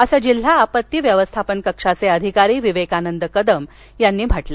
असं जिल्हा आपत्ती व्यवस्थापन कक्षाचे अधिकारी विवेकानंद कदम यांनी सांगितलं